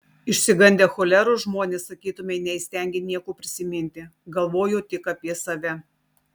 išsigandę choleros žmonės sakytumei neįstengė nieko prisiminti galvojo tik apie save